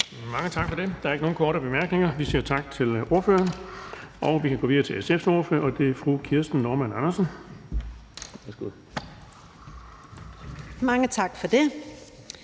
Mange tak for det. Der er ikke nogen korte bemærkninger. Vi siger tak til ordføreren, og vi kan gå videre til Venstres ordfører, og det er hr. Christoffer Aagaard